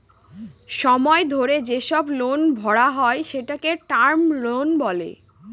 সময় ধরে যেসব লোন ভরা হয় সেটাকে টার্ম লোন বলে